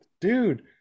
dude